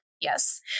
yes